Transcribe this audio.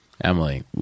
Emily